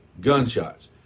gunshots